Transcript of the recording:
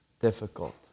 difficult